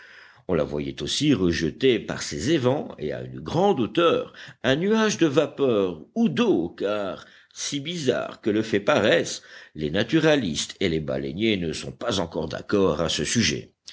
on la voyait aussi rejeter par ses évents et à une grande hauteur un nuage de vapeur ou d'eau car si bizarre que le fait paraisse les naturalistes et les baleiniers ne sont pas encore d'accord à ce sujet